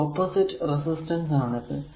ഈ opposite resistance ആണ് ഇത്